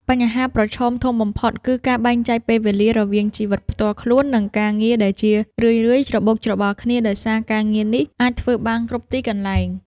បញ្ហាប្រឈមធំបំផុតគឺការបែងចែកពេលវេលារវាងជីវិតផ្ទាល់ខ្លួន និងការងារ ដែលជារឿយៗច្របូកច្របល់គ្នាដោយសារការងារនេះអាចធ្វើបានគ្រប់ទីកន្លែង។